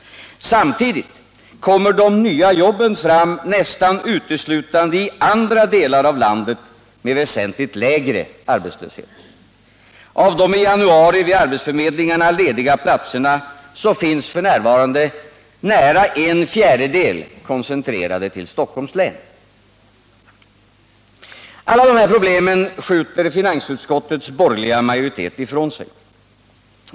Samtidigt kommer de nya jobben fram nästan uteslutande i andra delar av landet med väsentligt lägre arbetslöshet. Av de i januari vid arbetsförmedlingarna lediga platserna är f. n. nära en fjärdedel koncentrerade till Stockholms län. Alla de här problemen skjuter finansutskottets borgerliga majoritet ifrån sig.